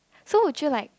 so would you like